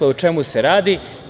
O čemu se radi?